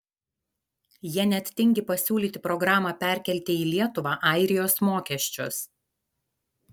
jie net tingi pasiūlyti programą perkelti į lietuvą airijos mokesčius